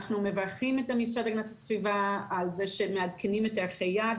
אנחנו מברכים את המשרד להגנת הסביבה על זה שהם מעדכנים את ערכי היעד,